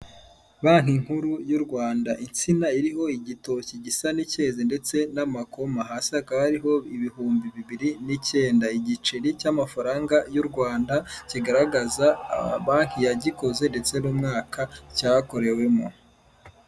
Banki nkuru y'u rwanda, insina iriho igitoki gisa n'icyeze ndetse n'amakoma, hasi hakaba hariho ibihumbi bibiri n'ikenda, igiceri cy'amafaranga y'u Rwanda kigaragaza banki yagikoze ndetse n'umwaka cyakorewemo.